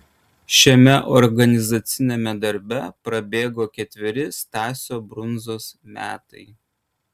šiame organizaciniame darbe prabėgo ketveri stasio brundzos metai